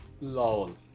lol